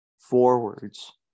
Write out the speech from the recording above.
forwards